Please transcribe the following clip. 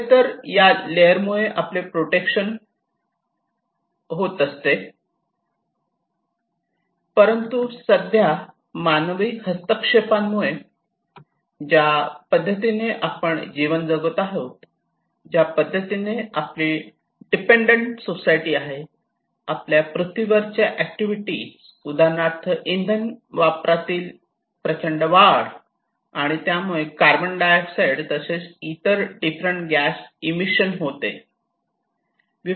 खरेतर या लेअर मुळे आपले प्रोटेक्शन असते परंतु सध्या मानवी हस्तक्षेपामुळे ज्या पद्धतीने आपण जीवन जगत आहोत ज्या पद्धतीने आपली डिपेंडंट सोसायटी आहे आपल्या पृथ्वीवरच्या एक्टिविटी उदाहरणार्थ इंधन वापरातील प्रचंड वाढ आणि त्यामुळे कार्बन डायऑक्साइड तसेच इतर डिफरंट गॅस मिशन होते